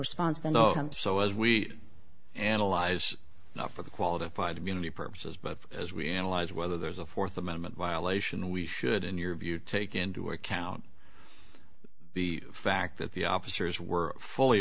them so as we analyze not for the qualified immunity purposes but as we analyze whether there's a fourth amendment violation we should in your view take into account the fact that the officers were fully